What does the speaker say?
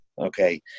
Okay